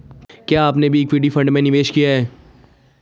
क्या आपने भी इक्विटी फ़ंड में निवेश किया है?